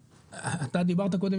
אתה דיברת קודם,